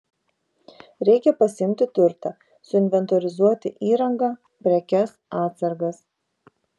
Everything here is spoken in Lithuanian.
reikia pasiimti turtą suinventorizuoti įrangą prekes atsargas